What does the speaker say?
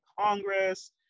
Congress